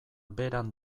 beran